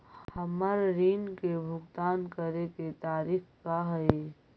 हमर ऋण के भुगतान करे के तारीख का हई?